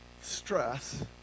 stress